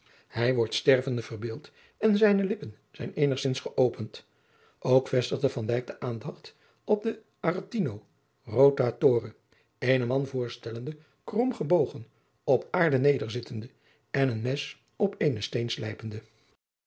hij wordt stervende verbeeld en zijne lippen zijn eenigzins geopend ook vestigde van dijk de aandacht op den arattino rotatore eenen man voorstellende krom gebogen op aarde nederzittende en een mes op een steen slijpende